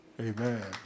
Amen